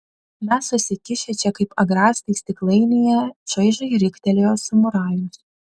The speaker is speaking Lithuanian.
mes susikišę čia kaip agrastai stiklainyje čaižiai riktelėjo samurajus